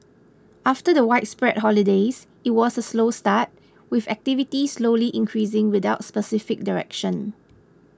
after the widespread holidays it was a slow start with activity slowly increasing without specific direction